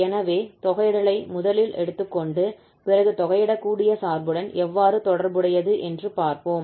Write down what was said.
எனவே தொகையிடலை முதலில் எடுத்துக்கொண்டு பிறகு தொகையிட கூடிய சார்புடன் எவ்வாறு தொடர்புடையது என்று பார்ப்போம்